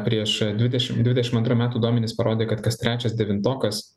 prieš dvidešim dvidešimt antrų metų duomenis parodė kad kas trečias devintokas